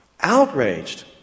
outraged